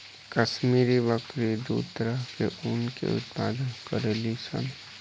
काश्मीरी बकरी दू तरह के ऊन के उत्पादन करेली सन